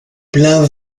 plein